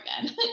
again